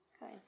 Good